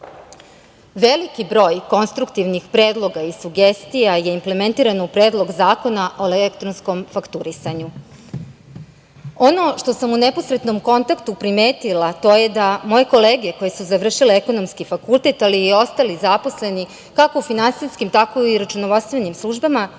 broj konstruktivnih predloga i sugestija je implementiran u Predlog zakona o elektronskom fakturisanju. Ono što sam u neposrednom kontaktu primetila, to je da moje kolege koje su završile Ekonomski fakultet, ali i ostali zaposleni kako u finansijskim, tako i u računovodstvenim službama